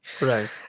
Right